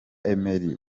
emile